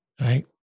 right